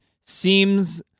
seems